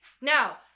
Now